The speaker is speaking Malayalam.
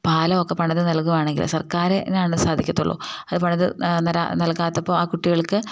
പാലമൊക്കെ പണിത് നൽകുകയാണെങ്കിൽ സർക്കാർ എന്നാണ് സാധിക്കത്തുള്ളൂ അത് പണിത് നൽകാത്തപ്പോൾ ആ കുട്ടികൾക്ക്